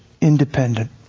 independent